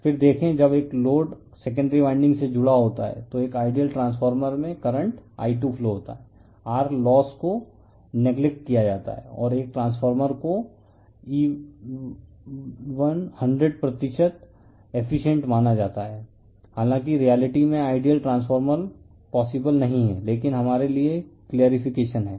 फिर देखें जब एक लोड सेकेंडरी वाइंडिंग से जुड़ा होता है तो एक आइडियल ट्रांसफॉर्म में करंट I2 फ्लो होता है R लोस को नेगलेक्ट किया जाता है और एक ट्रांसफॉर्मर को b E100 प्रतिशत इफीसिएंट माना जाता है हालांकि रियलिटी में आइडियल ट्रांसफार्मर पोसिबल नहीं है लेकिन हमारे लिए क्लिअरीफिकेशन हैं